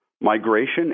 migration